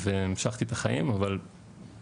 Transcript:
בוקר טוב לכולם.